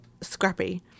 scrappy